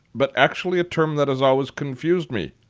but actually a term that has always confused me.